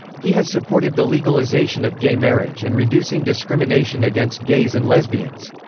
he has supported the legalization of gay marriage and reducing discrimination against gays and lesbians.